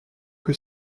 que